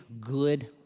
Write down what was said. good